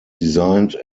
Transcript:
designed